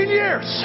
years